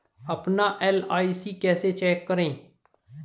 अपना एल.आई.सी कैसे चेक करें?